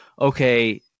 okay